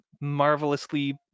marvelously